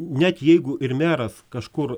net jeigu ir meras kažkur